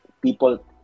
People